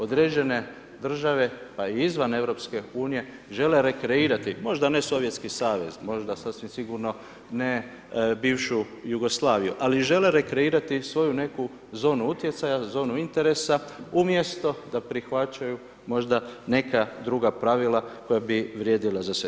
Određene države pa i izvan EU žele rekreirati možda ne Sovjetski Savez, možda sasvim sigurno ne bivšu Jugoslaviju, ali žele rekreirati svoju neku zonu utjecaja, zonu interesa umjesto da prihvaćaju možda neka druga pravila koja bi vrijedila za sve.